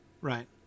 right